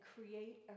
create